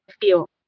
feel